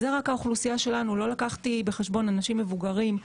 זאת רק האוכלוסייה שלנו ולא לקחתי בחשבון אנשים מבוגרים,